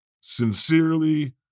Sincerely